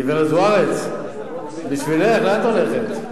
גברת זוארץ, בשבילך, לאן את הולכת?